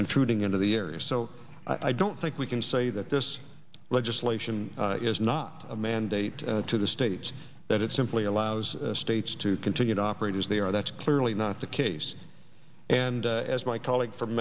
intruding into the area so i don't think we can say that this legislation is not a mandate to the states that it simply allows states to continue to operate as they are that's clearly not the case and as my colleague from